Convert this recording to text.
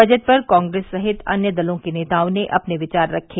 budget पर कांग्रेस सहित अन्य दलों के नेताओं ने अपने विचार रखे